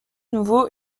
nouveau